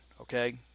okay